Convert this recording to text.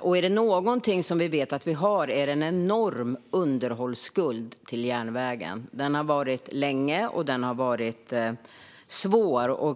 Om det är någonting vi vet att vi har är det en enorm underhållsskuld till järnvägen. Den har funnits länge, och den har varit svår.